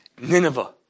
Nineveh